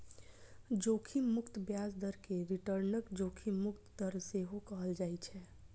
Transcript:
जोखिम मुक्त ब्याज दर कें रिटर्नक जोखिम मुक्त दर सेहो कहल जाइ छै